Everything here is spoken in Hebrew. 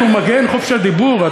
נפתלי בנט הוא מגן חופש הדיבור?